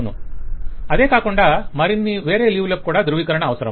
client అదే కాకుండా మరిన్ని వేరే లీవ్ లకు కూడా ధ్రువీకరణ అవసరం